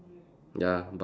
ya bun